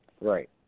Right